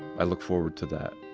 i look forward to that.